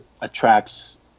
attracts